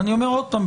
ואני אומר עוד פעם,